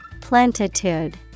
Plentitude